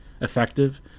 effective